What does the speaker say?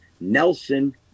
Nelson